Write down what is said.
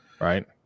right